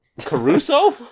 Caruso